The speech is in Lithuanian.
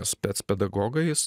spec pedagogais